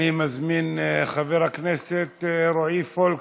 אני מזמין את חבר הכנסת רועי פולקמן,